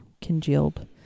congealed